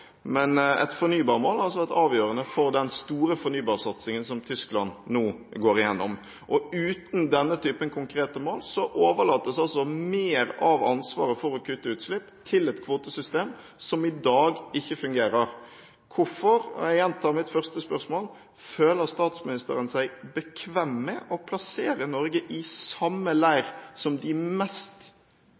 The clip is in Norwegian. men et fornybarmål, altså et avgjørende mål for den store fornybarsatsingen som Tyskland nå går gjennom. Uten denne typen konkrete mål, overlates mer av ansvaret for å kutte utslipp til et kvotesystem som i dag ikke fungerer – hvorfor? Jeg gjentar mitt første spørsmål: Føler statsministeren seg bekvem med å plassere Norge i samme leir som de mest